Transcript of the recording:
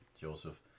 Joseph